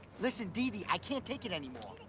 listen, deedee, i can't take it anymore.